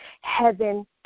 heaven